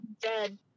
dead